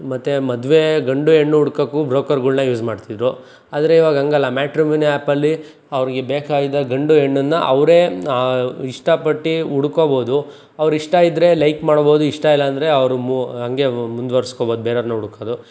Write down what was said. ಮತ್ತು ಮದುವೆ ಗಂಡು ಹೆಣ್ಣು ಹುಡ್ಕಕ್ಕೂ ಬ್ರೋಕರ್ಗಳ್ನ ಯೂಸ್ ಮಾಡ್ತಿದ್ದರು ಆದರೆ ಇವಾಗ ಹಂಗಲ್ಲ ಮ್ಯಾಟ್ರುಮುನಿ ಆ್ಯಪಲ್ಲಿ ಅವ್ರಿಗೆ ಬೇಕಾಗಿದ್ದ ಗಂಡು ಹೆಣ್ಣನ್ನ ಅವರೇ ಇಷ್ಟಪಟ್ಟು ಹುಡ್ಕೊಬೋದು ಅವ್ರು ಇಷ್ಟ ಇದ್ದರೆ ಲೈಕ್ ಮಾಡ್ಬೋದು ಇಷ್ಟ ಇಲ್ಲ ಅಂದರೆ ಅವರು ಮು ಹಂಗೆ ಮುಂದ್ವರ್ಸ್ಕೊಬೋದು ಬೇರೇವರನ್ನ ಹುಡ್ಕೊದು